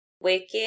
Wicked